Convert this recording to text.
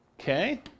Okay